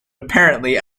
apparently